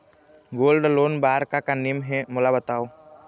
Gold loan बार का का नेम हे, मोला बताव?